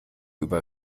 über